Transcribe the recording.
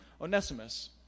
Onesimus